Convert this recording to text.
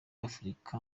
afurika